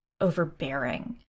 overbearing